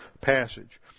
passage